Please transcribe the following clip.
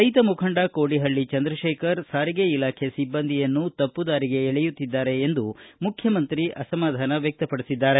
ರೈತ ಮುಖಂಡ ಕೋಡಿಹಳ್ಳ ಚಂದ್ರಶೇಖರ್ ಸಾರಿಗೆ ಇಲಾಖೆಯ ಸಿಬ್ಬಂದಿಯನ್ನು ತಪ್ಪು ದಾರಿಗೆ ಎಳೆಯುತ್ತಿದ್ದಾರೆ ಎಂದು ಮುಖ್ಖಮಂತ್ರಿ ಅಸಮಾಧಾನ ವ್ಯಕ್ತಪಡಿಸಿದ್ದಾರೆ